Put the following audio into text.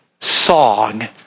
song